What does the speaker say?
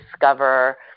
discover